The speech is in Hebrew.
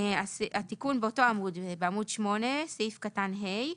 התיקון באותו עמוד, בעמוד 8, סעיף קטן (ה),